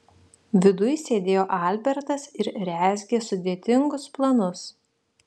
viduj sėdėjo albertas ir rezgė sudėtingus planus